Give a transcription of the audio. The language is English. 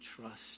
trust